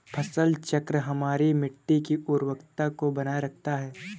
फसल चक्र हमारी मिट्टी की उर्वरता को बनाए रखता है